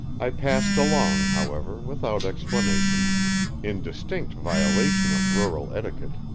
i passed along, however, without explanations in distinct violation of rural etiquette.